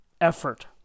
effort